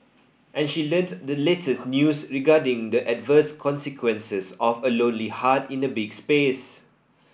and she learnt the latest news regarding the adverse consequences of a lonely heart in a big space